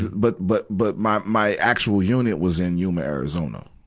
but, but, but my, my actual unit was in yuma, arizona.